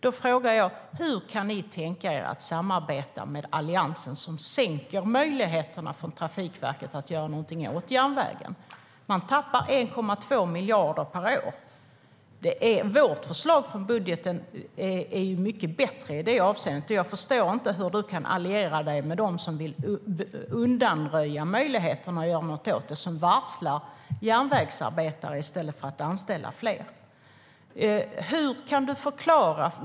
Hur kan ni då tänka er att samarbeta med Alliansen, som sänker möjligheterna för Trafikverket att göra någonting åt järnvägen? Man tappar 1,2 miljarder per år. Vårt budgetförslag är mycket bättre i det avseendet. Jag förstår inte hur du kan alliera dig med dem som vill undanröja möjligheterna att göra någonting åt detta, med dem som varslar järnvägsarbetare i stället för att anställa fler.